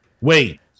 wait